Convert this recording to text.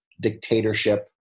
dictatorship